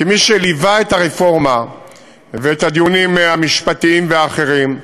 כמי שליווה את הרפורמה ואת הדיונים המשפטיים והאחרים,